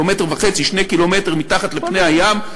1.5 2 ק"מ מתחת לפני הים,